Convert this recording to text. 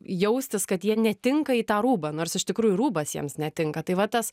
jaustis kad jie netinka į tą rūbą nors iš tikrųjų rūbas jiems netinka tai va tas